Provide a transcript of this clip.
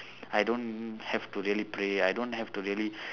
I don't have to really pray I don't have to really